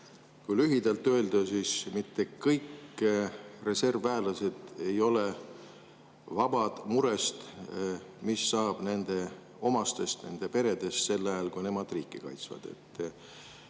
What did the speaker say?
Kui lühidalt öelda, siis mitte kõik reservväelased ei ole vabad murest, mis saab nende omastest, nende perest sel ajal, kui nemad riiki kaitsevad.